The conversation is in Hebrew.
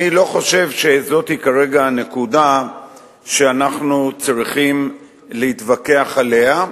אני לא חושב שזאת כרגע הנקודה שאנחנו צריכים להתווכח עליה,